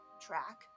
track